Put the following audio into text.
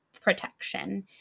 protection